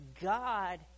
God